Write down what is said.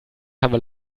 haben